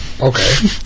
okay